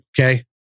okay